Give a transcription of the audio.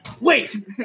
Wait